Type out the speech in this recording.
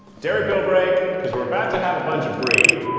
dairy pill break, because we're about to have a bunch of brie.